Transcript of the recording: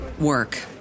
work